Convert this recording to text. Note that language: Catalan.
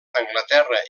anglaterra